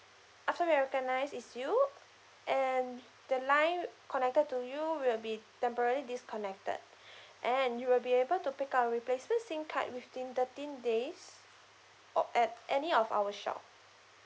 after we have recognized it's you and the line connected to you will be temporarily disconnected and you will be able to pick up a replacement SIM card within thirteen days o~ at any of our shop